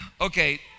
Okay